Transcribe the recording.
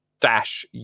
dash